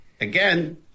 Again